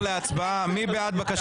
הצבעה אושר הבקשה